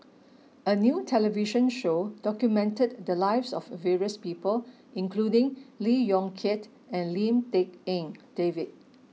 a new television show documented the lives of various people including Lee Yong Kiat and Lim Tik En David